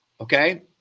okay